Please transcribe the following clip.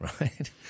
right